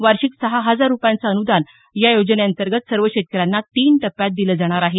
वार्षिक सहा हजार रूपयाचं अनुदान या योजनेअंतर्गत सर्व शेतकऱ्यांना तीन टप्प्यात दिलं जाणार आहे